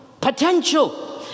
Potential